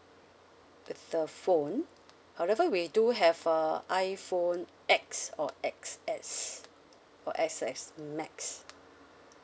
with the phone however we do have a iphone X or X_S or X_S max